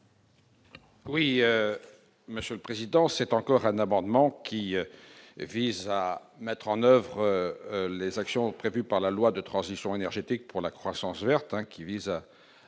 Oui, Monsieur le Président, c'est encore un amendement qui vise à mettre en oeuvre les actions prévues par la loi de transition énergétique pour la croissance verte, hein, qui vise à